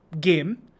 game